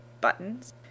buttons